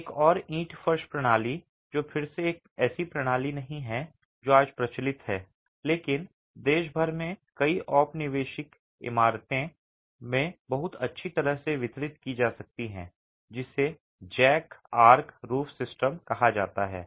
एक और ईंट फर्श प्रणाली जो फिर से एक ऐसी प्रणाली नहीं है जो आज प्रचलित है लेकिन देश भर में कई औपनिवेशिक इमारतों में बहुत अच्छी तरह से वितरित की जा सकती है जिसे जैक आर्क रूफ सिस्टम कहा जाता है